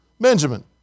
Benjamin